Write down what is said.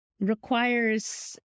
requires